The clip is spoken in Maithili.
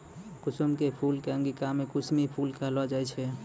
कुसुम के फूल कॅ अंगिका मॅ कुसमी फूल कहलो जाय छै